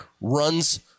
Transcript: runs